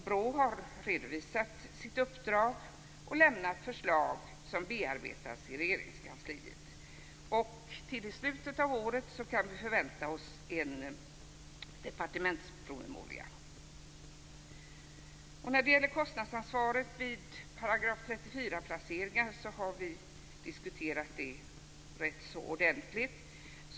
BRÅ har redovisat sitt uppdrag och lämnat förslag som bearbetas i Regeringskansliet. Till slutet av året kan vi förvänta oss en departementspromemoria. Kostnadsansvaret vid § 34-placeringar har vi diskuterat rätt ordentligt.